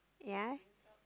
ya